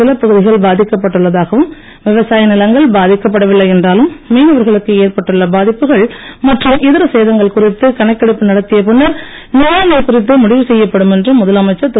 சில பகுதிகள் பாதிக்கப்பட்டுள்ளதாகவும் விவசாய நிலங்கள் பாதிக்கப்படவில்லை என்றாலும் மீனவர்களுக்கு ஏற்பட்டுள்ள பாதிப்புகள் மற்றும் இதர சேதங்கள் குறித்து கணக்கெடுப்பு நடத்திய பின்னர் நிவாரணம் குறித்து முடிவு செய்யப்படும் என்றும் முதலமைச்சர் திரு